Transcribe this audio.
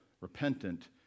repentant